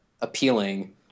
appealing